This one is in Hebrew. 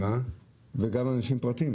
וגם אנשים פרטיים.